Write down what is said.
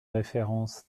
référence